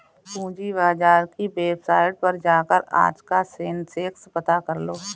पूंजी बाजार की वेबसाईट पर जाकर आज का सेंसेक्स पता करलो